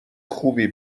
خوبی